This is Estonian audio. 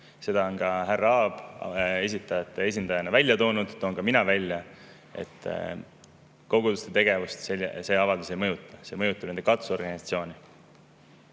Seda on härra Aab [algatajate] esindajana välja toonud ja toon ka mina välja, et koguduste tegevust see avaldus ei mõjuta, see mõjutab nende katusorganisatsiooni.